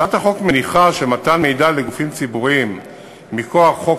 הצעת החוק מניחה שמתן מידע לגופים ציבוריים מכוח חוק